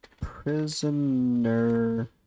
Prisoner